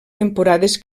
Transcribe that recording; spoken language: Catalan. temporades